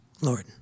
Lord